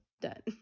done